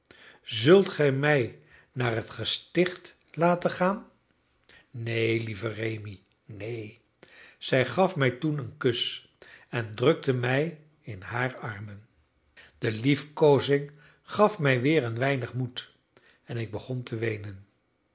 zult gij mij naar het gesticht laten gaan neen lieve rémi neen zij gaf mij toen een kus en drukte mij in haar armen die liefkoozing gaf mij weer een weinig moed en ik begon te weenen